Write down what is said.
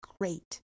Great